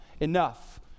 enough